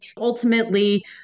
ultimately